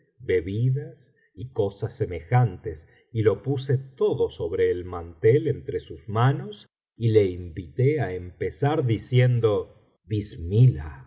bebidas y cosas semejantes y lo puse todo sobre el mantel entre sus manos y le invité á empezar diciendo bismilah